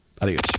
Adios